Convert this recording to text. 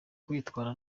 kwitwara